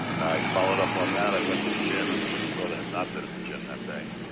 and i followed up on that. i went to the gym. but your brother had not been at the gym that day.